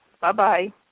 Bye-bye